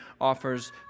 offers